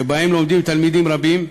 שבהם לומדים תלמידים רבים,